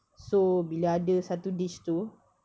so bila ada satu dish tu